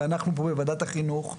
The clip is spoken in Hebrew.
ואנחנו פה בוועדת החינוך,